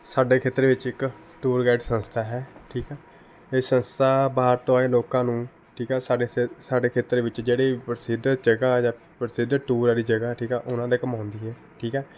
ਸਾਡੇ ਖੇਤਰ ਵਿੱਚ ਇੱਕ ਟੂਰ ਗਾਈਡ ਸੰਸਥਾ ਹੈ ਠੀਕ ਹੈ ਇਹ ਸੰਸਥਾ ਬਾਹਰ ਤੋਂ ਆਏ ਲੋਕਾਂ ਨੂੰ ਠੀਕ ਹੈ ਸਾਡੇ ਸ ਸਾਡੇ ਖੇਤਰ ਵਿੱਚ ਜਿਹੜੇ ਪ੍ਰਸਿੱਧ ਜਗ੍ਹਾ ਜਾਂ ਪ੍ਰਸਿੱਧ ਟੂਰ ਵਾਲੀ ਜਗ੍ਹਾ ਠੀਕ ਹੈ ਉਹਨਾਂ 'ਤੇ ਘੁਮਾਉਂਦੀ ਹੈ ਠੀਕ ਹੈ